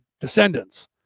descendants